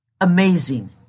amazing